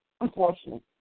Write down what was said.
unfortunately